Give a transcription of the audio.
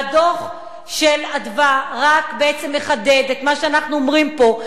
והדוח של "אדוה" רק מחדד את מה שאנחנו אומרים פה.